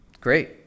Great